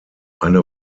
eine